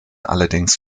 allerdings